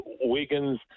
Wiggins